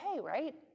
right